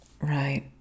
Right